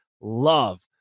love